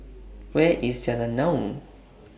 Where IS Jalan Naung